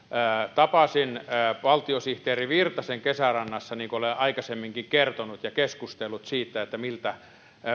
tapasin valtiosihteeri virtasen kesärannassa niin kuin olen aikaisemminkin kertonut ja keskustelimme siitä miltä